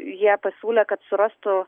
jie pasiūlė kad surastų